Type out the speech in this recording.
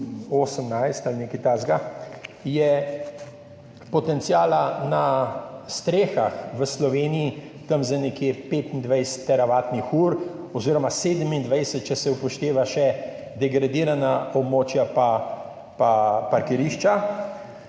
2018 ali nekaj takega, je potenciala na strehah v Sloveniji za nekje 25 teravatnih ur oziroma 27, če se upoštevajo še degradirana območja pa parkirišča.